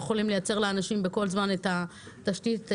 יכולים לייצר לאנשים בכל זמן את התשתית ההכרחית,